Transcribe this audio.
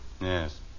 Yes